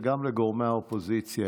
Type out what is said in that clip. וגם לגורמי האופוזיציה,